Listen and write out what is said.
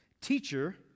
Teacher